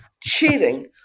cheating